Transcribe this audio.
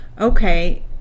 okay